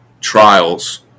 trials